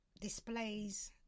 displays